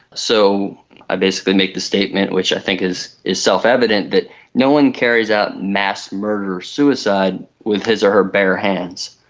so i basically make the statement which i think is is self-evident, that no one carries out mass murder or suicide with his or her bare hands.